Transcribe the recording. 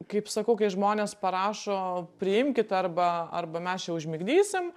kaip sakau kai žmonės parašo priimkit arba arba mes čia užmigdysim